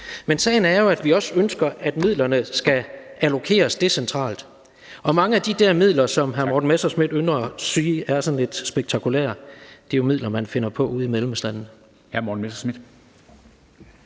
Men sagen er, at vi jo også ønsker, at midlerne skal allokeres decentralt. Og mange af de der midler, som hr. Morten Messerschmidt ynder at sige er sådan lidt spektakulære, er jo midler, man finder på at håndtere ude